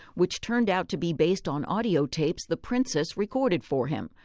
which turned out to be based on audiotapes the princess recorded for him.